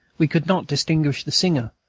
we could not distinguish the singer,